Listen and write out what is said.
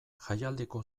jaialdiko